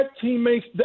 teammates